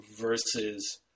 versus